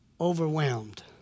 Overwhelmed